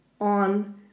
on